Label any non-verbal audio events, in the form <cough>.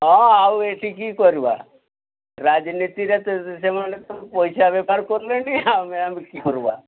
ହଁ ଆଉ ଏଠି କି କରିବା ରାଜନୀତିରେ <unintelligible> ସେମାନେ ସବୁ ପଇସା ବେପାର କଲେଣି ଆମେ ଆଉ କି କରିବା